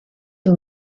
dem